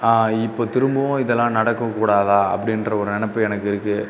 இப்போ திரும்பவும் இதலாம் நடக்கக்கூடாதா அப்படின்ற ஒரு நினப்பு எனக்கு இருக்குது